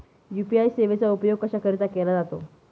UPI सेवेचा उपयोग कशाकरीता केला जातो?